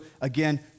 again